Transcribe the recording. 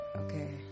Okay